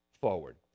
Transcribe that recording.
forward